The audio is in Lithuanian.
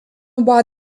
buvo